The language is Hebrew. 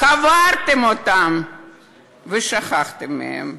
קברתם אותם ושכחתם מהם.